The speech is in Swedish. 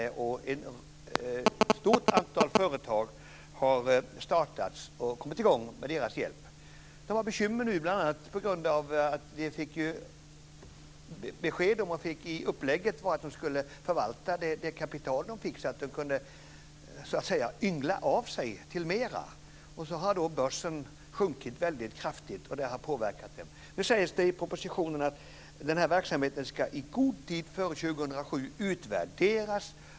Och ett stort antal företag har startats och kommit i gång med dess hjälp. Nu har man bekymmer, bl.a. på grund av beskedet att man ska förvalta det kapital som man fick så att man så att säga kunde yngla av sig. Sedan har börsen sjunkit väldigt kraftigt vilket har påverkat stiftelsen. Nu sägs det i propositionen att denna verksamhet i god tid före 2007 ska utvärderas.